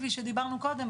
כפי שדיברנו קודם,